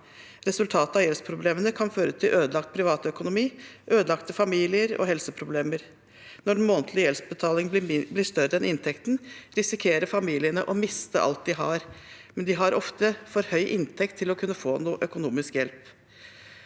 Resultatet av gjeldsproblemene kan føre til ødelagt privatøkonomi, ødelagte familier og helseproblemer. Når den månedlige gjeldsbetalingen blir større enn inntekten, risikerer familiene å miste alt de har, men de har ofte for høy inntekt til å kunne få noe økonomisk hjelp.